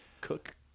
cook